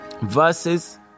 verses